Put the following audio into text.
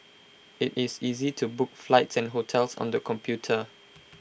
IT is easy to book flights and hotels on the computer